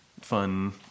fun